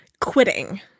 quitting